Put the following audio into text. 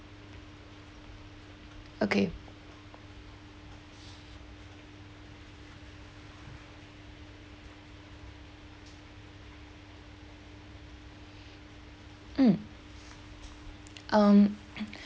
okay mm um